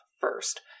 First